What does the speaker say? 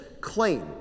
claim